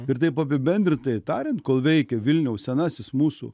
ir taip apibendrintai tariant kol veikė vilniaus senasis mūsų